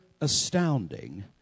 astounding